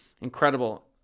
incredible